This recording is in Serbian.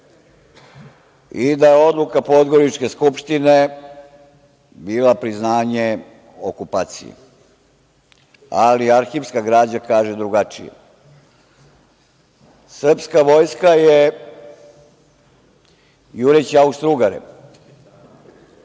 i da je odluka Podgoričke skupštine bila priznanje okupacije, ali arhivska građa kaže drugačije. Srpska vojska je, jureći Austrougare,